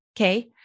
Okay